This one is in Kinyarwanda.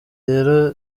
rero